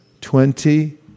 twenty